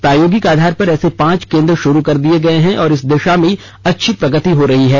प्रायोगिक आधार पर ऐसे पांच केन्द्र शुरू कर दिए गए हैं और इस दिशा में अच्छी प्रगति हो रही है